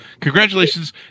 Congratulations